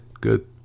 good